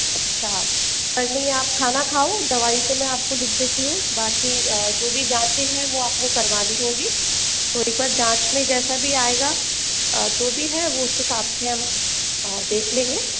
अच्छा पर नहीं आप खाना खाओ दवाई तो में आप को लिख देती हूँ बाकि जो भी जाँचे हैं वो आप को करवानी होगी तो एक बार जाँच में जैसा भी आएगा जो भी है वो उस हिसाब से है वो देख लेंगे